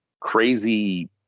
crazy